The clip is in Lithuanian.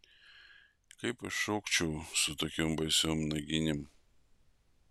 kaip aš šokčiau su tokiom baisiom naginėm